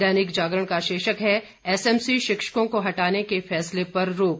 दैनिक जागरण का शीर्षक है एसएमसी शिक्षकों को हटाने के फैसले पर रोक